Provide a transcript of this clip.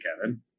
Kevin